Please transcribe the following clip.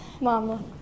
Mama